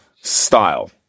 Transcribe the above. style